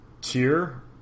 tier